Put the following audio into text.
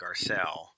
Garcelle